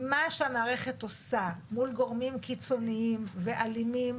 מה שהמערכת עושה מול גורמים קיצוניים ואלימים,